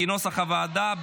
כנוסח הוועדה,